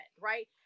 right